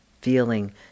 feeling